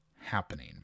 happening